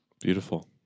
Beautiful